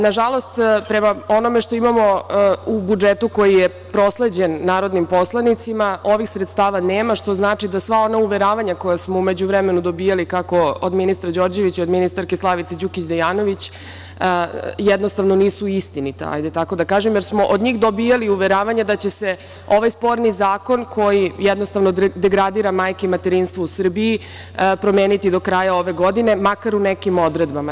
Na žalost, prema onome što imamo u budžetu koji je prosleđen narodnim poslanicima, ovih sredstava nema, što znači da sva ona uveravanja koja smo u međuvremenu dobijali kako od ministra Đorđevića i ministarke Slavice Đukić Dejanović, jednostavno nisu istinita, hajde tako da kažem, jer smo od njih dobijali uveravanja da će se ovaj sporni zakon koji jednostavno degradira majke i materinstvo u Srbiji, promeniti do kraja ove godine makar u nekim odredbama.